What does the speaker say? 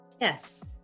Yes